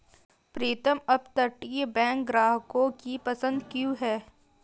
प्रीतम अपतटीय बैंक ग्राहकों की पसंद क्यों है?